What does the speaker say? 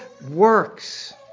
works